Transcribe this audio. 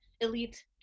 elite